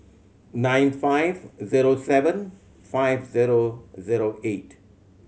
nine five zero seven five zero zero eight